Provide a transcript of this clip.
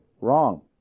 Wrong